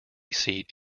seat